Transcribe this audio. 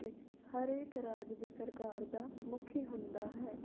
ਵਿੱਚ ਹਰ ਇਕ ਰਾਜ ਦੀ ਸਰਕਾਰ ਦਾ ਮੁਖੀ ਹੁੰਦਾ ਹੈ